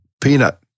Peanut